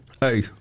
Hey